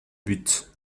but